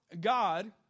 God